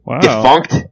Defunct